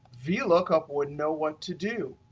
vlookup wouldn't know what to do.